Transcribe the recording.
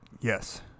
Yes